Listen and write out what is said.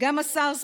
גם הסארס,